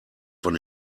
von